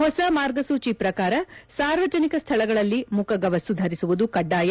ಹೊಸ ಮಾರ್ಗಸೂಚಿ ಪ್ರಕಾರ ಸಾರ್ವಜನಿಕ ಸ್ಥಳಗಳಲ್ಲಿ ಮುಖಗವಸು ಧರಿಸುವುದು ಕಡ್ಡಾಯ